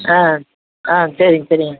ஆ ஆ சரிங்க சரிங்க